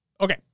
Okay